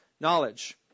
knowledge